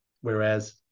whereas